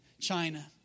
China